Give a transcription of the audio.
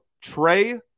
Trey